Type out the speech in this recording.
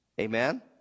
Amen